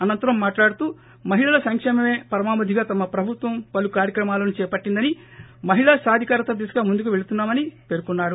అనంతరం మాట్లాడుతూ మహిళల సంకేమమే పరమావధిగా తమ ప్రభుత్వం పలు కార్యక్రమాలను చేపట్లిందని మహిళా సాధికారత దిశగా ముందుకు పెళుతున్నామని పేర్కొన్నారు